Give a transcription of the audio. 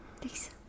Thanks